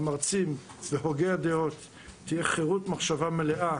המרצים והוגי הדעות תהיה חרות מחשבה מלאה